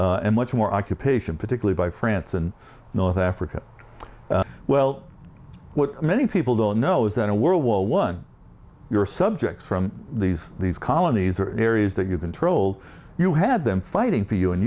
and much more occupation particularly by france and north africa well what many people don't know is that a world war one your subjects from these these colonies are areas that you controlled you had them fighting for you